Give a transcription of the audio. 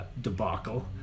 debacle